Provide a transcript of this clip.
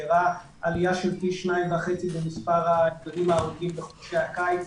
שהראה עלייה של פי 2.5 במספר הילדים ההרוגים בחודשי הקיץ,